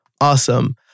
Awesome